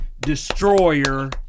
destroyer